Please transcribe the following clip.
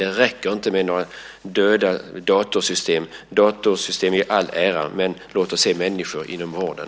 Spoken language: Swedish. Det räcker inte med några döda datorsystem. Datorsystem i all ära, men låt oss se människor inom vården.